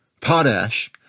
Potash